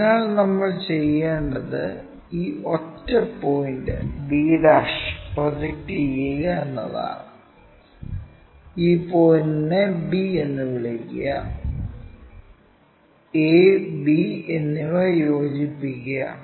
അതിനാൽ നമ്മൾ ചെയ്യേണ്ടത് ഈ ഒറ്റ പോയിന്റ് b' പ്രൊജക്റ്റ് ചെയ്യുക എന്നതാണ് ഈ പോയിന്റിനെ b എന്ന് വിളിക്കുക a b എന്നിവ യോജിപ്പിക്കുക